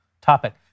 topic